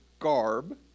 garb